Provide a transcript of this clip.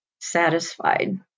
satisfied